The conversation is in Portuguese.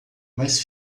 mas